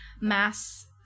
mass